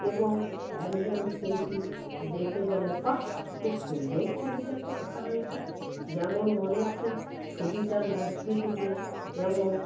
এবং একজন সেইটি দেখে বলে বাহ খুব সুন্দর ছবিটা তো আঁকা হয়েছে যেমন মনের চেয়ে ছবিটার মধ্যে থেকে যেমন